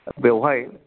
बेवहाय